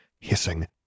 hissing